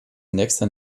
nächster